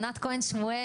ענת כהן שמואל,